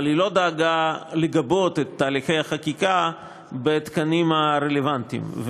אבל היא לא דאגה לגבות את תהליכי החקיקה בתקנים הרלוונטיים,